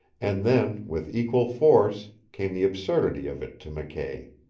and then, with equal force, came the absurdity of it to mckay.